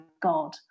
God